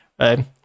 right